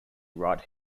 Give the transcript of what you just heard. right